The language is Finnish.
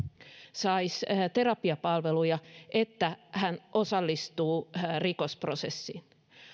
saisi terapiapalveluja että hän osallistuu rikosprosessiin